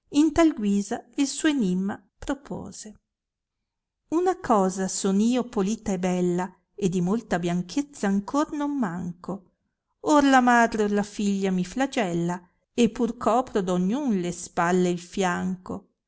in tal guisa il suo enimma propose una cosa son io polita e bella e di molta bianchezza ancor non manco or la madre or la figlia mi flagella e pur copro d ogn un le spalle e fianco